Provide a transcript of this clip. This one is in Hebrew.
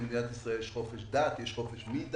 במדינת ישראל יש חופש דת, יש חופש בלי דת.